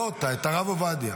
לא, את הרב עובדיה.